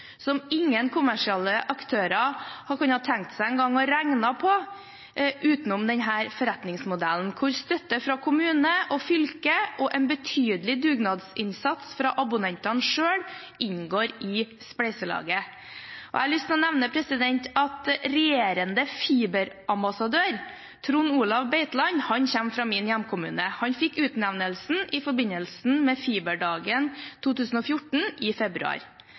som ingen kommersielle aktører engang ville regnet på uten denne forretningsmodellen, hvor støtte fra kommunen og fylket og en betydelig dugnadsinnsats fra abonnentene selv inngår i spleiselaget. Jeg har lyst til å nevne at regjerende fiberambassadør, Trond Olav Beitland, kommer fra min hjemkommune. Han fikk utnevnelsen i forbindelse med Fiberdagen 2014 i februar.